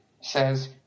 says